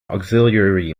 auxiliary